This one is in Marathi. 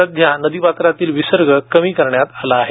सध्या नदीपात्रातील विसर्ग कमी करण्यात आला आहे